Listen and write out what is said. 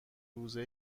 روزه